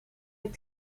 het